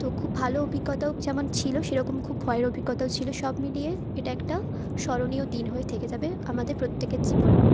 তো খুব ভালো অভিজ্ঞতাও যেমন ছিলো সেরকম খুব ভয়ের অভিজ্ঞতাও ছিলো সব মিলিয়ে এটা একটা স্মরণীয় দিন হয়ে থেকে যাবে আমাদের প্রত্যেকের জীবনে